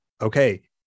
okay